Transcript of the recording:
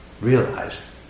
realize